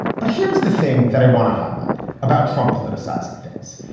but here's the thing that i want to highlight about trump politicizing things,